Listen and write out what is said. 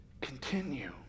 Continue